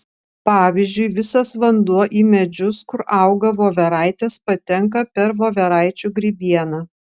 pavyzdžiui visas vanduo į medžius kur auga voveraitės patenka per voveraičių grybieną